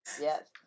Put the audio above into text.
Yes